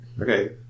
Okay